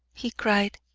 he cried.